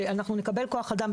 שאנחנו נקבל כוח-אדם,